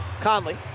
Conley